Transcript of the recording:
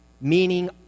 Meaning